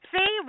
See